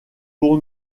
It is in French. pour